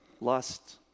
lust